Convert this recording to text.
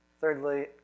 Thirdly